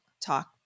talk